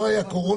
לא היה קורונה,